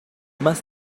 más